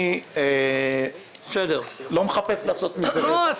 אני לא מחפש לעשות מזה רווח.